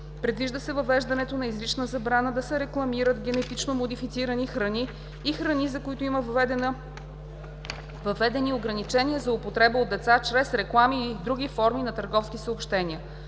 Предвижда се въвеждането на изрична забрана да се рекламират генетично модифицирани храни и храни, за които има въведени ограничения за употреба от деца чрез реклами и други форми на търговски съобщения.